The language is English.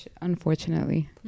unfortunately